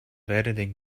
editing